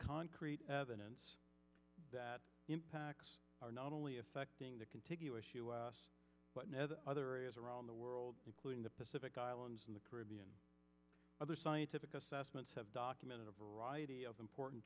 concrete evidence that impacts are not only affecting the contiguous but other areas around the world including the pacific islands in the caribbean other scientific assessments have documented a variety of important